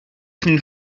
ging